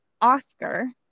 oscar